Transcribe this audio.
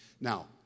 Now